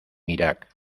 irak